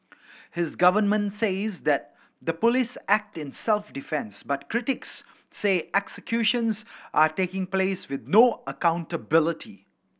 his government says that the police act in self defence but critics say executions are taking place with no accountability